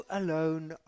alone